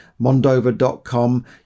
Mondova.com